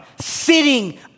sitting